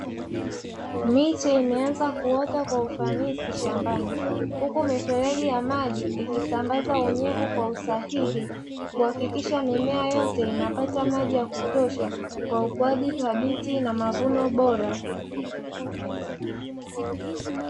Miche imeanza kuota kwa ufanisi shambani huku mifereji ya maji ikisambaza unyevu kwa usahihi, kuhakikisha mimea yote inapata maji ya kutosha kwa ukuaji thabiti na mavuno bora.